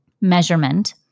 measurement